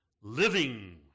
living